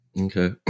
Okay